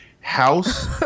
house